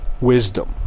wisdom